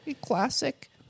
Classic